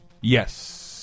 Yes